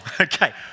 okay